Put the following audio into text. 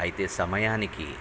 అయితే సమయానికి